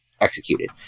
executed